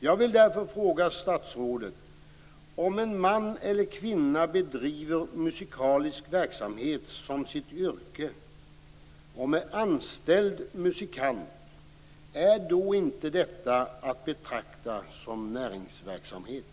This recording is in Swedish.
Jag vill därför fråga statsrådet: Om en man eller en kvinna bedriver musikalisk verksamhet som sitt yrke och med en anställd musikant, är då inte detta att betrakta som näringsverksamhet?